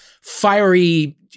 fiery